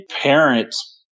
parents